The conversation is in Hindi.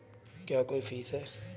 क्या कोई फीस है?